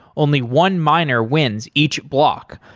only one miner wins each block,